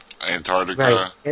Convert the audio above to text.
Antarctica